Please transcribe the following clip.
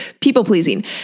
people-pleasing